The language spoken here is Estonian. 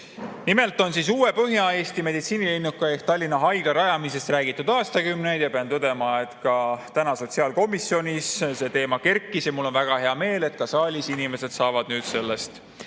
on uue Põhja-Eesti meditsiinilinnaku ehk Tallinna Haigla rajamisest räägitud aastakümneid. Pean tõdema, et ka täna sotsiaalkomisjonis see teema kerkis. Ja mul on väga hea meel, et ka saalis inimesed saavad nüüd sellest